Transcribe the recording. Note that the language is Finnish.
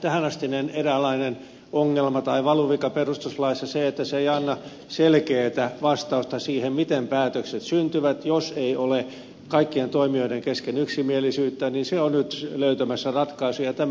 tähänastinen eräänlainen ongelma tai valuvika perustuslaissa se että se ei anna selkeätä vastausta siihen miten päätökset syntyvät jos ei ole kaikkien toimijoiden kesken yksimielisyyttä on nyt löytämässä ratkaisun ja tämä on hyvä asia